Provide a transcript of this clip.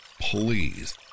Please